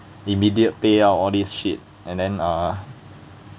immediate payout all this shit and then uh